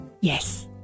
Yes